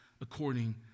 According